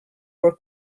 were